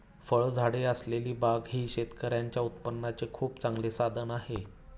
फळझाडे असलेली बाग ही शेतकऱ्यांच्या उत्पन्नाचे खूप चांगले साधन आहे